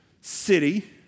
city